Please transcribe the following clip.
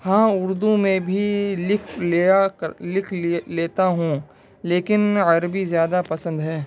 ہاں اردو میں بھی لکھ لیا لکھ لیتا ہوں لیکن میں عربی زیادہ پسند ہے